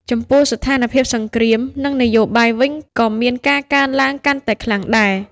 ចំពោះស្ថានភាពសង្គ្រាម និងនយោបាយវិញក៏មានការកើនឡើងកាន់តែខ្លាំងដែរ ។